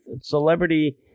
Celebrity